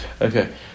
Okay